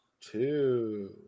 Two